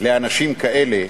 לאנשים כאלה